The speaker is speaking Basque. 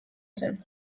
zen